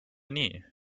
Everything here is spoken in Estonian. nii